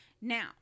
now